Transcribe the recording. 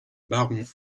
baron